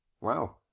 wow